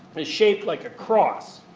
is shaped like a cross.